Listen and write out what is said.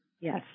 Yes